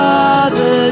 Father